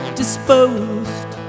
disposed